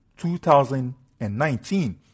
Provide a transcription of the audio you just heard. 2019